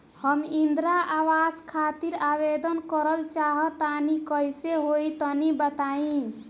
हम इंद्रा आवास खातिर आवेदन करल चाह तनि कइसे होई तनि बताई?